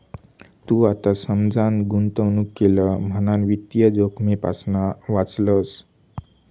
तू आता समजान गुंतवणूक केलं म्हणान वित्तीय जोखमेपासना वाचलंस